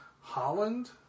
Holland